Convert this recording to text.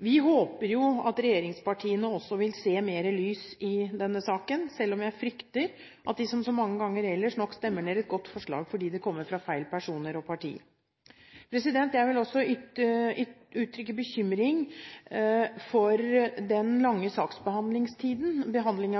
Vi håper jo at regjeringspartiene også vil se mer lys i denne saken, selv om jeg frykter at de som så mange ganger ellers nok stemmer ned et godt forslag fordi det kommer fra feil personer og parti. Jeg vil også uttrykke bekymring over den lange saksbehandlingstiden